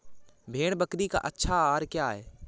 भेड़ बकरी का अच्छा आहार क्या है?